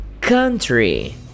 country